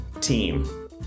team